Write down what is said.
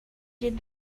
did